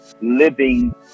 living